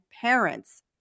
parents